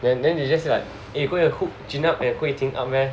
then then you just like eh go and hook Jun Hup and Hui Ting up leh